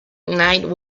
night